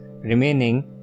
remaining